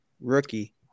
rookie